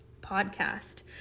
podcast